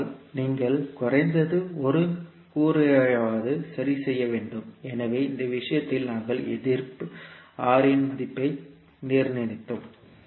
ஆனால் நீங்கள் குறைந்தது ஒரு கூறுகளையாவது சரி செய்ய வேண்டும் எனவே இந்த விஷயத்தில் நாங்கள் எதிர்ப்பு R இன் மதிப்பை நிர்ணயித்தோம்